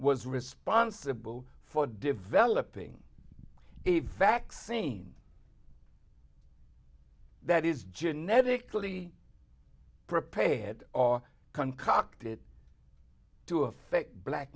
was responsible for developing a vaccine that is genetically pre pay head or concocted to affect black